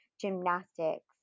gymnastics